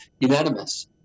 unanimous